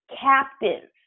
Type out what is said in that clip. captive